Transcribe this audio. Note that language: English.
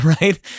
right